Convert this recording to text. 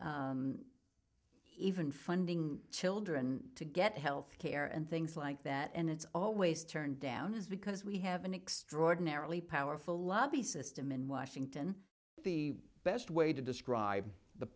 care even funding children to get health care and things like that and it's always turned down is because we have an extraordinarily powerful lobby system in washington the best way to describe the